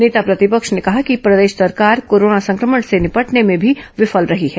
नेता प्रतिपक्ष ने कहा कि प्रदेश सरकार कोरोना संक्रमण से निपटने में भी विफल रही है